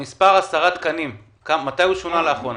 המספר 10 תקנים, מתי הוא שונה לאחרונה?